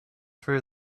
for